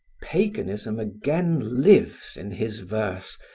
paganism again lives in his verse,